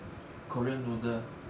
korean noodle